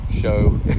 show